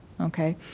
Okay